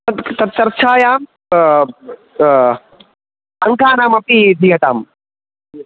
तद् तत् चर्चायां अङ्कानामपि दीयतां